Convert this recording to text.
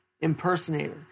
impersonator